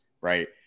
right